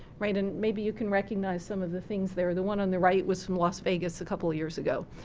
right? and maybe you can recognize some of the things there, the one on the right was from las vegas a couple of years ago.